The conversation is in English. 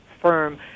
firm